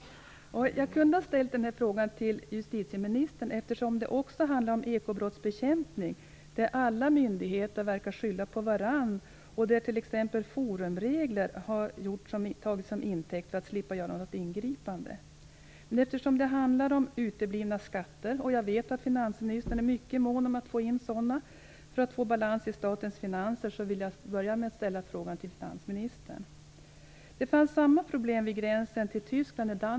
Jag kunde ha ställt min fråga till justitieministern, eftersom den också handlar om ekobrottsbekämpning där alla myndigheter verkar skylla på varandra. Forumregler har tagits som intäkt för att man skall slippa göra något ingripande. Eftersom det handlar om uteblivna skatter - jag vet att finansministern är mycket mån om att få in sådana för att få balans i statens finanser - vill jag börja med att ställa frågan till finansministern. När Danmark gick med i EU uppstod samma problem med gränsen till Tyskland.